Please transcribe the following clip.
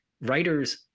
Writers